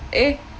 if